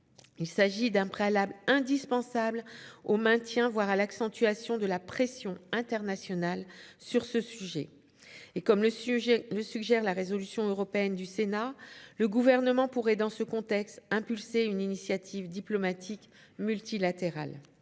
Il s'agit d'un préalable indispensable au maintien, voire à l'accentuation, de la pression internationale sur ce sujet. Comme le suggère la résolution européenne du Sénat, le Gouvernement pourrait dans ce contexte engager une initiative diplomatique multilatérale.